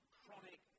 chronic